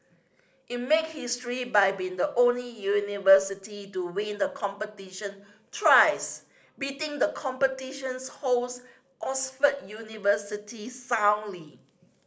it made history by being the only university to win the competition thrice beating the competition's host Oxford University soundly